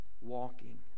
walking